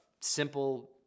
simple